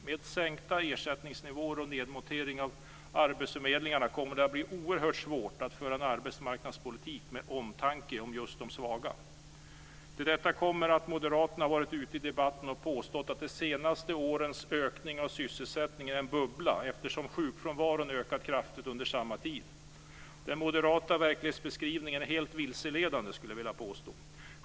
Med sänkta ersättningsnivåer och nedmontering av arbetsförmedlingarna kommer det att bli oerhört svårt att föra en arbetsmarknadspolitik med omtanke om de svaga. Till detta kommer att moderaterna har varit ute i debatten och påstått att de senaste årens ökning av sysselsättningen är en bubbla, eftersom sjukfrånvaron ökat kraftigt under samma tid. Den moderata verklighetsbeskrivningen är helt vilseledande, skulle jag vilja påstå.